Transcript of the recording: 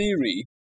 theory